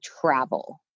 travel